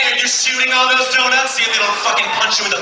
and you stealing all those donuts! see if they don't fucking punch you and